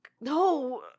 No